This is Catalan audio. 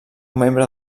membre